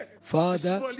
Father